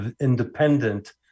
independent